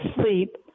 sleep